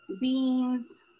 beans